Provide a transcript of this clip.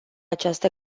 această